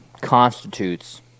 constitutes